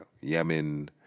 Yemen